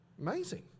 amazing